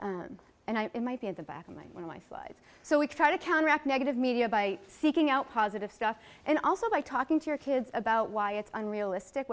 and i might be at the back of my with my slides so we try to counteract negative media by seeking out positive stuff and also by talking to your kids about why it's unrealistic